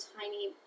tiny